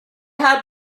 had